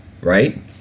right